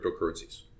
cryptocurrencies